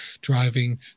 driving